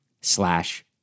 slash